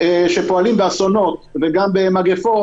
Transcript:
שפועלים באסונות ובמגפות,